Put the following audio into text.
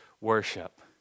worship